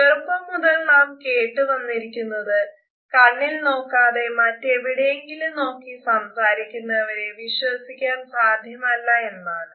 ചെറുപ്പം മുതൽ നാം കേട്ട് വന്നിരിക്കുന്നത് കണ്ണിൽ നോക്കാതെ മറ്റെവിടെയെങ്കിലും നോക്കി സംസാരിക്കുന്നവരെ വിശ്വസിക്കാൻ സാധ്യമല്ല എന്നാണ്